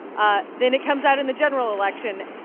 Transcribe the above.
ah then it comes out in the general election.